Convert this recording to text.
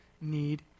need